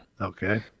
okay